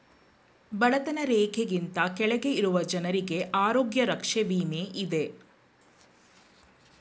ಬಡತನ ರೇಖೆಗಿಂತ ಕೆಳಗೆ ಇರುವ ಜನರಿಗೆ ಆರೋಗ್ಯ ರಕ್ಷೆ ವಿಮೆ ಇದೆ